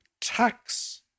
tax